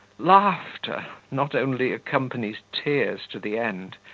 laughter not only accompanies tears to the end,